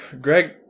Greg